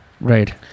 right